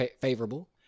favorable